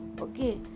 okay